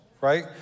right